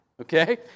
Okay